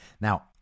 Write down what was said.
Now